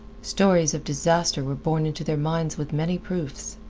stories of disaster were borne into their minds with many proofs.